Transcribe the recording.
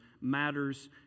matters